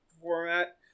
format